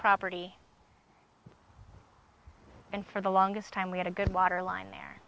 property and for the longest time we had a good water line